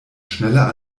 schneller